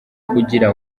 kugira